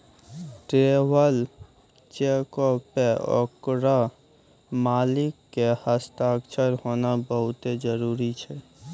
traveller चेको पे ओकरो मालिक के हस्ताक्षर होनाय बहुते जरुरी छै